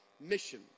mission